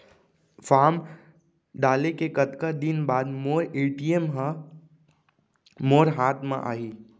Form डाले के कतका दिन बाद मोर ए.टी.एम ह मोर हाथ म आही?